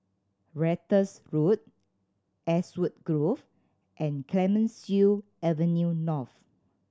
Ratus Road Ashwood Grove and Clemenceau Avenue North